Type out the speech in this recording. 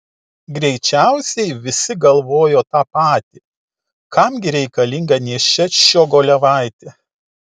greičiausiai visi galvojo tą patį kam gi reikalinga nėščia ščiogolevaitė